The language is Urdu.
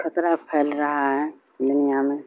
خطرہ پھیل رہا ہے دنیا میں